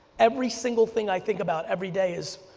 every single thing i think about every day is,